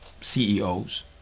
CEOs